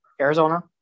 Arizona